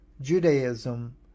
Judaism